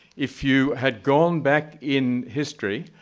if you had gone back in history,